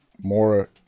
more